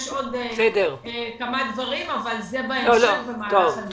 יש עוד כמה דברים, אבל זה בהמשך במהלך היום.